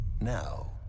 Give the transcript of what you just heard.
now